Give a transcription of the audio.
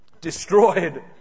Destroyed